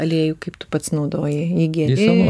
aliejų kaip tu pats naudoji jį geri